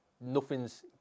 nothing's